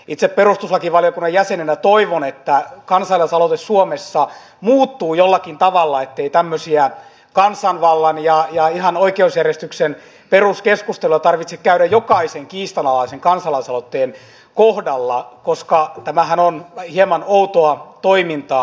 itse perustuslakivaliokunnan jäsenenä toivon että kansalaisaloite suomessa muuttuu jollakin tavalla ettei tämmöisiä kansanvallan ja ihan oikeusjärjestyksen peruskeskusteluja tarvitse käydä jokaisen kiistanalaisen kansalaisaloitteen kohdalla koska tämähän on hieman outoa toimintaa